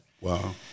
Wow